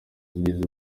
zigize